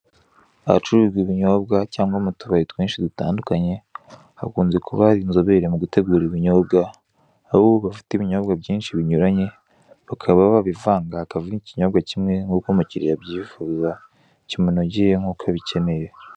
Ahacururizwa ibinyobwa cyangwa mu tubari twinshi dutandukanye, hakunze kuba hari inzobere mu gutegura ibinyobwa, aho bafate ibinyobwa byinshi binyuranye bakaba babivanga, hakavamo ikinyobwa kimwe nk'uko umukiriya abyifuza, kimunogeye nkuko abikeneye.